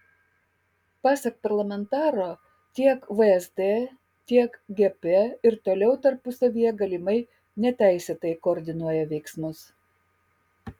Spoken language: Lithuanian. pasak parlamentaro tiek vsd tiek gp ir toliau tarpusavyje galimai neteisėtai koordinuoja veiksmus